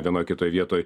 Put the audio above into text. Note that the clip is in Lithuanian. vienoj kitoj vietoj